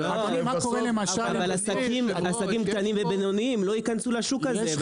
אבל עסקים קטנים ובינוניים לא ייכנסו לשוק הזה,